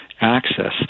access